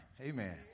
Amen